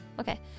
Okay